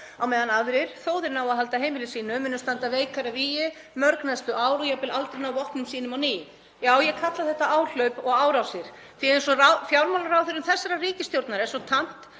á meðan aðrir, þó að þeir nái að halda heimili sínu, munu standa veikar að vígi mörg næstu ár og jafnvel aldrei ná vopnum sínum á ný. Já, ég kalla þetta áhlaup og árásir, því að eins og fjármálaráðherrum þessarar ríkisstjórnar er svo tamt